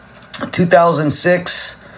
2006